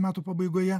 metų pabaigoje